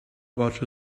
about